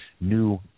new